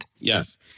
Yes